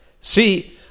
See